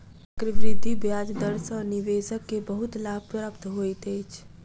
चक्रवृद्धि ब्याज दर सॅ निवेशक के बहुत लाभ प्राप्त होइत अछि